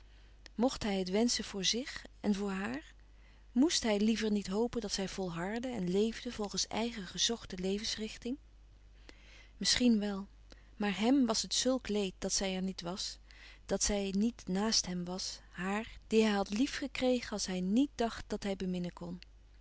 mcht hij het wenschen voor zich en voor haar moèst hij liever niet hopen dat zij volhardde en leèfde volgens èigen gezochte levensrichting misschien wel maar hèm was het zulk leed dat zij er niet was dat zij niet naast hem was haar die hij had lief gekregen als hij niet dàcht dat hij beminnen kon